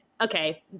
Okay